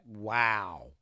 wow